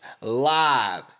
live